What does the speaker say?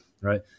right